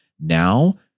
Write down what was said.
now